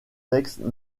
textes